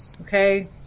Okay